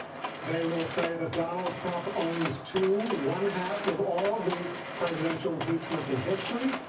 they will say that donald trump owns two, one half of all the presidential impeachments in history.